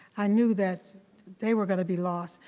i knew that they were gonna be lost,